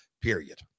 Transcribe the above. period